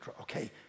okay